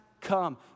come